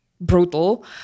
brutal